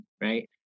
Right